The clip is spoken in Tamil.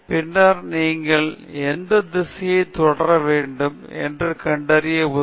பின்னர் நீங்கள் எந்த திசையை தொடர வேண்டும் என்று கண்டறிய உதவும்